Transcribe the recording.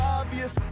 obvious